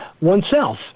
oneself